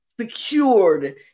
secured